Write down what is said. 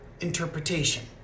interpretation